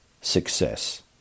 success